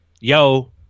Yo